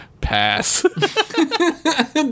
pass